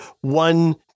one